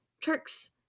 tricks